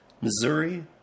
Missouri